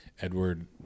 Edward